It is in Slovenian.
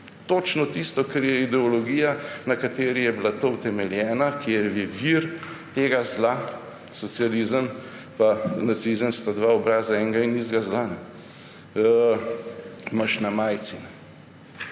točno tisto, kar je ideologija, na kateri je bilo to utemeljeno, ki je vir tega zla, socializem in nacizem sta dva obraza enega in istega zla, imaš na majici.